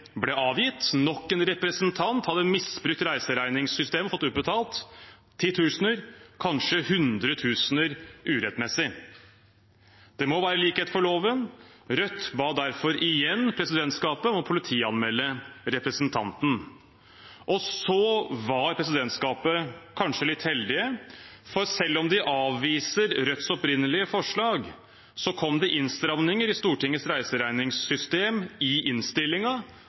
ble avgitt. Nok en representant hadde misbrukt reiseregningssystemet og fått utbetalt titusener, kanskje hundretusener, av kroner urettmessig. Det må være likhet for loven. Rødt ba derfor igjen presidentskapet om å politianmelde representanten. Så var presidentskapet kanskje litt heldige, for selv om de avviser Rødts opprinnelige forslag, kom det innstramninger i Stortingets reiseregningssystem i